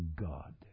God